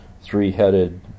three-headed